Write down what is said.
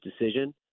decision